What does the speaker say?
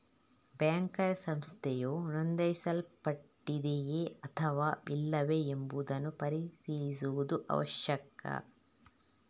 banker ಸಂಸ್ಥೆಯು ನೋಂದಾಯಿಸಲ್ಪಟ್ಟಿದೆಯೇ ಅಥವಾ ಇಲ್ಲವೇ ಎಂಬುದನ್ನು ಪರಿಶೀಲಿಸುವುದು ಅವಶ್ಯಕ